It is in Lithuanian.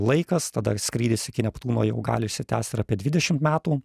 laikas tada skrydis iki neptūno jau gali išsitęst ir apie dvidešimt metų